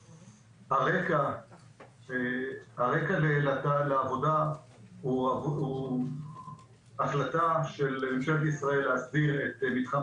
הרקע לעבודה הוא החלטה של ממשלת ישראל להסדיר את מתחם